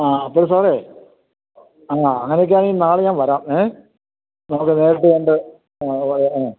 ആ അപ്പോൾ സാറേ ആ അങ്ങനെയൊക്കെ ആണെങ്കില് നാളെ ഞാന് വരാം ങേ നമുക്ക് നേരിട്ട് കണ്ട്